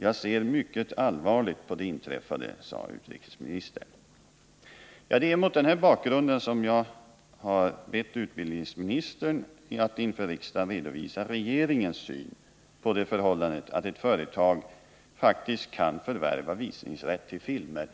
Jag ser mycket allvarligt på det inträffade.” Det är mot denna bakgrund som jag har bett utbildningsministern att inför riksdagen redovisa regeringens syn på det förhållandet att ett företag faktiskt kan förvärva visningsrätt till filmer